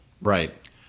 Right